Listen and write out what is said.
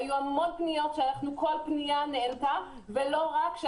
היו המון פניות, וכל פנייה נענתה, ולא רק זה